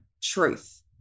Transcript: truth